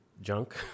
junk